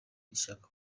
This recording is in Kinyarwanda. rishaka